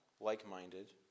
like-minded